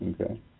Okay